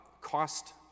cost